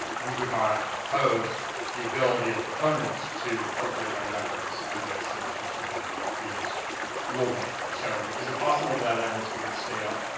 we would not oppose the ability of proponents to incorporate by reference evidence that has been submitted and previous rule-makings. so, is it possible that evidence could get stale?